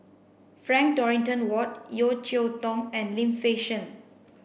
Frank Dorrington Ward Yeo Cheow Tong and Lim Fei Shen